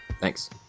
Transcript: Thanks